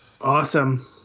Awesome